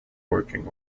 working